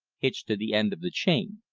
hitched to the end of the chain.